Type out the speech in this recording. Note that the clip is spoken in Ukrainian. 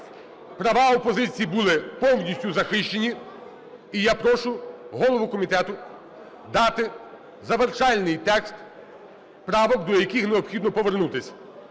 Права опозиції були повністю захищені, і я прошу голову комітету дати завершальний текст правок, до яких необхідно повернутись.